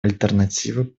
альтернативы